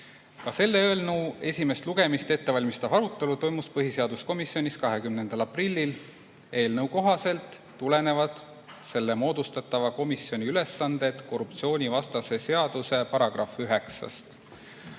Ka selle eelnõu esimest lugemist ette valmistav arutelu toimus põhiseaduskomisjonis 20. aprillil. Eelnõu kohaselt tulenevad selle moodustatava komisjoni ülesanded korruptsioonivastase seaduse §-st 9.